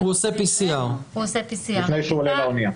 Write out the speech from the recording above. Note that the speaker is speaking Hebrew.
הוא עושה בדיקת PCR. לפני שהוא עולה לאנייה.